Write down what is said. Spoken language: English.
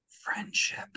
friendship